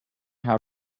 how